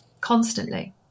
constantly